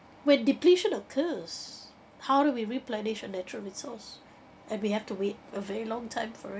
when depletion occurs how do we replenish a natural resource and we have to wait a very long time for